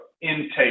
intake